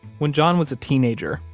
when john was a teenager,